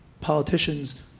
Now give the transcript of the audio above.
politicians